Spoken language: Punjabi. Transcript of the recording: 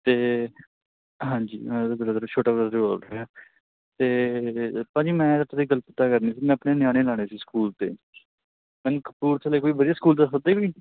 ਅਤੇ ਹਾਂਜੀ ਮੈਂ ਉਹਦਾ ਬਹਦਰ ਛੋਟਾ ਬਰਦਰ ਬੋਲ ਰਿਹਾ ਅਤੇ ਭਾਅ ਜੀ ਮੈਂ ਤੁਹਾਡੇ ਗੱਲ ਪਤਾ ਕਰਨੀ ਸੀ ਮੈਂ ਆਪਣੇ ਨਿਆਣੇ ਲਗਾਉਣੇ ਸੀ ਸਕੂਲ 'ਤੇ ਮੈਨੂੰ ਕਪੂਰਥਲੇ ਕੋਈ ਵਧੀਆ ਸਕੂਲ ਦੱਸ ਸਕਦੇ ਕੋਈ